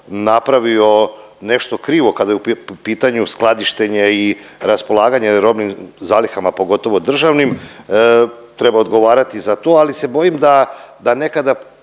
napravio nešto krivo kada je u pitanju skladištenje i raspolaganje robnim zalihama, pogotovo državnim, treba odgovarati za to ali se bojim da, da nekada